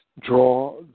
draw